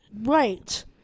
Right